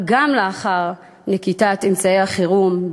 אבל גם לאחר נקיטת אמצעי החירום,